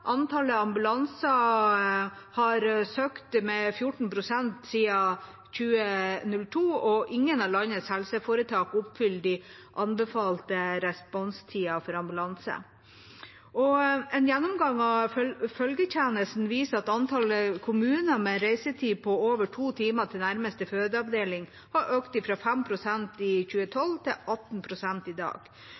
Antallet ambulanser har sunket med 14 pst. siden 2002, og ingen av landets helseforetak oppfyller den anbefalte responstida for ambulanser. En gjennomgang av følgetjenesten viser at antallet kommuner med reisetid på over to timer til nærmeste fødeavdeling har økt fra 5 pst. i 2012 til 18 pst. i dag.